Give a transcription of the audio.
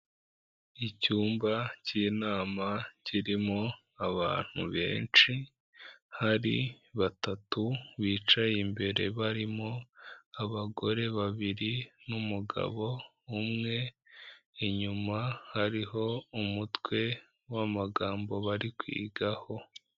Icyumba cy'inama kirimo abantu benshi, hari batatu bicaye imbere barimo abagore babiri n'umugabo umwe, inyuma hariho umutwe w'amagambo bari kwigaho.